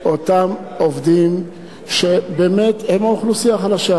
אותם עובדים שבאמת הם האוכלוסייה החלשה.